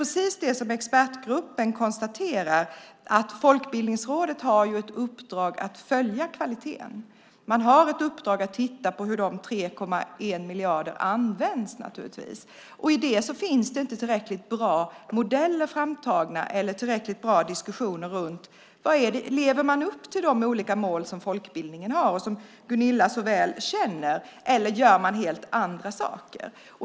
Expertgruppen konstaterar att Folkbildningsrådet har i uppdrag att följa kvaliteten. Man har i uppdrag att titta på hur de 3,1 miljarderna används. I det finns det inte tillräckligt bra modeller framtagna eller tillräckligt bra diskussioner om huruvida man lever upp till de olika mål som folkbildningen har och som Gunilla så väl känner till. Gör man kanske helt andra saker?